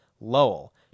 Lowell